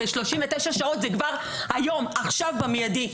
ו-39 שעות זה כבר היום, עכשיו, במיידי.